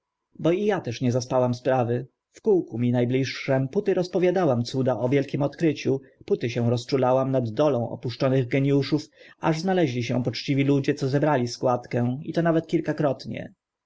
bo i a też nie zaspałam sprawy w kółku mi na bliższym póty rozprawiałam cuda o wielkim odkryciu póty się rozczulałam nad niedolą opuszczonych geniuszów aż znaleźli się poczciwi ludzie co zebrali składkę i to nawet kilkakrotnie